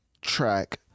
track